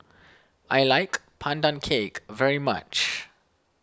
I like Pandan Cake very much